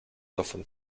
davon